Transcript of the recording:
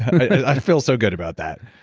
i feel so good about that.